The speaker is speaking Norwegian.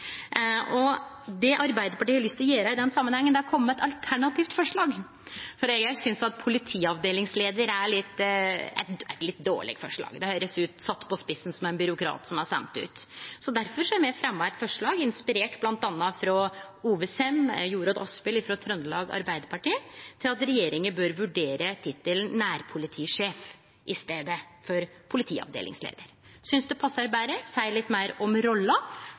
Arbeidarpartiet har lyst til å gjere i den samanhengen, er å kome med eit alternativt forslag, for me synest at «politiavdelingsleiar» er eit litt dårleg forslag. Det høyrest, sett på spissen, ut som ein byråkrat som er send ut. Difor har me fremja eit forslag, inspirert bl.a. av Ove Sem og Jorodd Asphjell frå Trøndelag Arbeidarparti, om at regjeringa bør vurdere tittelen «nærpolitisjef» i staden for «politiavdelingsleiar». Me synest det passar betre og seier litt meir om rolla,